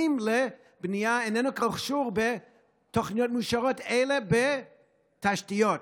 לבנייה אינם קשורים בתוכניות מאושרות אלא בתשתיות.